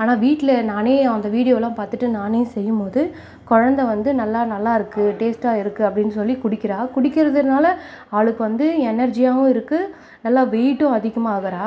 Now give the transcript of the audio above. ஆனால் வீட்டில் நானே அந்த வீடியோலாம் பார்த்துட்டு நானே செய்யும்போது குழந்த வந்து நல்ல நல்லாயிருக்கு டேஸ்ட்டாக இருக்குது அப்படின்னு சொல்லி குடிக்கிறாள் குடிக்கிறதுனால் அவளுக்கு வந்து எனெர்ஜியாகவும் இருக்குது நல்லா வெயிட்டும் அதிகமாகுறா